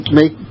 make